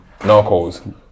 Narcos